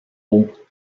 hauts